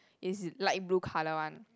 is light blue colour one